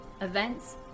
events